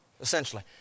essentially